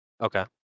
okay